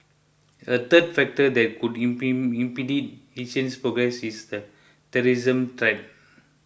a third factor that could impede Asia's progress is the terrorism threat